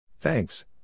Thanks